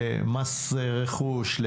למס רכוש,